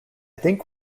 think